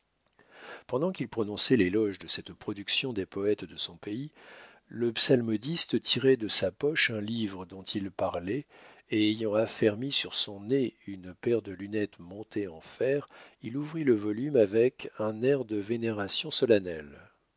pendant qu'il prononçait l'éloge de cette production des poètes de son pays le psalmodiste tirait de sa poche le livre dont il parlait et ayant affermi sur son nez une paire de lunettes montées en fer il ouvrit le volume avec un air de vénération solennelle